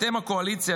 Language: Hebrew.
אתם הקואליציה,